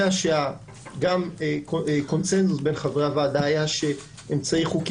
היה קונצנזוס בין חברי הוועדה שאמצעי בלתי חוקי